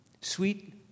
sweet